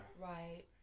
Right